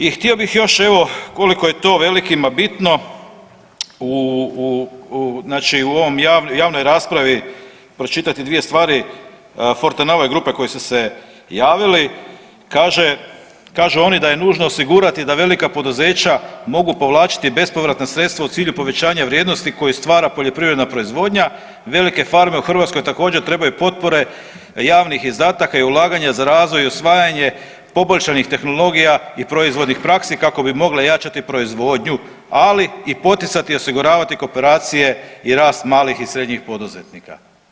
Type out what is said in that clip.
I htio bih još evo, koliko je to velikima bitno, u, znači u ovoj javnoj raspravi pročitati 2 stvari Fortenova grupe koje su se javili, kažu oni da je nužno osigurati da velika poduzeća mogu povlačiti bespovratna sredstva u cilju povećanja vrijednosti koje stvara poljoprivredna proizvodnja, velike farme u Hrvatskoj također, trebaju potpore javnih izdataka i ulaganja za razvoj i usvajanje poboljšanih tehnologija i proizvodnih praksi kako bi mogle jačati proizvodnju, ali i poticati i osiguravati kooperacije i rast malih i srednjih poduzetnika.